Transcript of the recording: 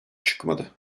çıkmadı